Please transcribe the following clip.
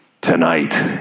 tonight